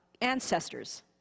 ancestors